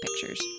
pictures